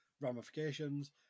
ramifications